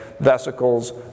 vesicles